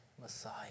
Messiah